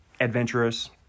adventurous